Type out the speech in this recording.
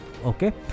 Okay